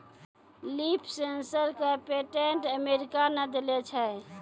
Leaf sensor क patent America ने देलें छै?